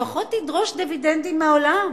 לפחות תדרוש דיבידנדים מהעולם,